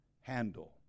handle